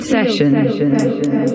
Session